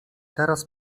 teraz